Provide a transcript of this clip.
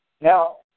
now